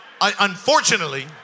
unfortunately